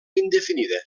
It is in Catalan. indefinida